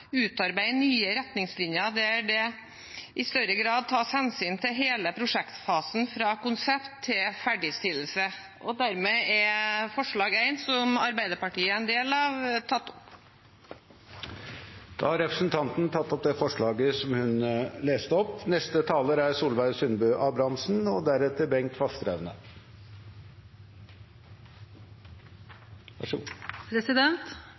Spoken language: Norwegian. utarbeide nye retningslinjer der dette i større grad tas hensyn til i hele prosjektfasen, fra konseptfase til ferdigstillelse.» Dermed er forslag nr. 1, som Arbeiderpartiet er en del av, tatt opp. Representanten Kirsti Leirtrø har tatt opp det forslaget hun refererte til. Samfunnet er avhengig av god og